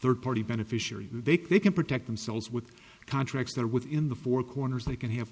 third party beneficiary they can protect themselves with contracts that are within the four corners they can have